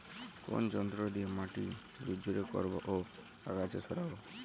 কোন যন্ত্র দিয়ে মাটি ঝুরঝুরে করব ও আগাছা সরাবো?